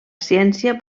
ciència